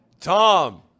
Tom